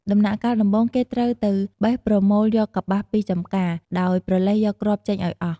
ដំណាក់កាលដំបូងគេត្រូវទៅបេះប្រមូលយកកប្បាសពីចម្ការ ដោយប្រឡេះយកគ្រាប់ចេញឲ្យអស់។